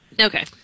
Okay